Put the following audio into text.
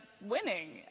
winning